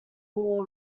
ball